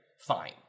Fine